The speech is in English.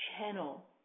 channel